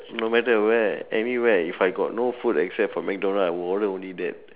no matter at where anywhere if I got no food except for McDonalds I would only order that